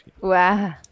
Wow